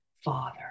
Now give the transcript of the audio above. Father